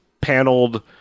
paneled